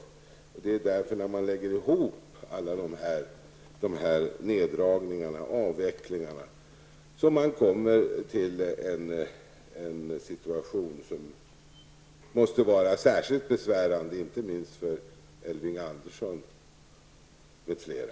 Det är när man lägger ihop alla de här neddragningarna och avvecklingarna som man får en bild som måste vara särskilt besvärande inte minst för Elving Andersson m.fl.